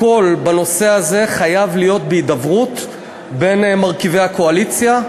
הכול בנושא הזה חייב להיות בהידברות בין מרכיבי הקואליציה,